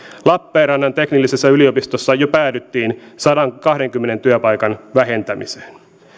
lappeenrannan teknillisessä yliopistossa jo päädyttiin sadankahdenkymmenen työpaikan vähentämiseen